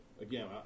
again